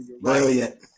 Brilliant